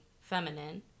feminine